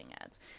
ads